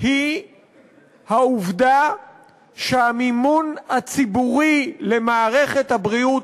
היא העובדה שהמימון הציבורי של מערכת הבריאות